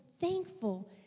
thankful